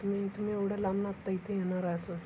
तुम्ही तुम्ही एवढं लांबनं आत्ता इथं येणार आहे असं